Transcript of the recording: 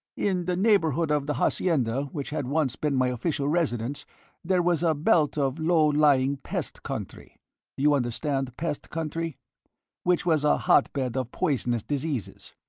in the neighbourhood of the hacienda which had once been my official residence there was a belt of low-lying pest country you understand pest country which was a hot-bed of poisonous diseases.